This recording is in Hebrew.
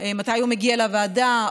מתי הוא מגיע לוועדה,